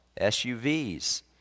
SUVs